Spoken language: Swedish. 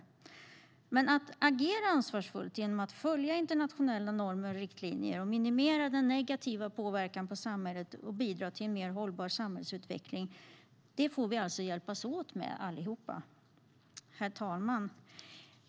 Men vi får hjälpas åt allihop med att agera ansvarsfullt genom att följa internationella normer och riktlinjer, minimera den negativa påverkan på samhället och bidra till en mer hållbar samhällsutveckling. Herr talman!